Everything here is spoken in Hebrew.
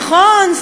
נכון.